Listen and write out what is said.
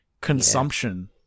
consumption